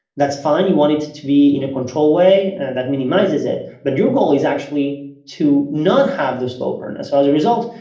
that's fine. you wanted to to be in a control way that minimizes it, but your goal is actually to not have the slow burn as so as a result.